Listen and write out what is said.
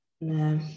No